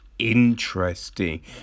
interesting